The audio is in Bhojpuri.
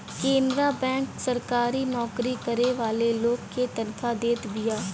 केनरा बैंक सरकारी नोकरी करे वाला लोग के तनखा देत बिया